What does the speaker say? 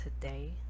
today